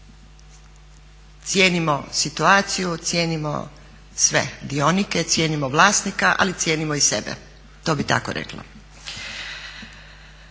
Cijenimo situaciju, cijenimo sve dionike, cijenimo vlasnika, ali cijenimo i sebe. To bih tako rekla.